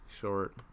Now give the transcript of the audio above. short